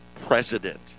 president